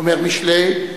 אומר משלי,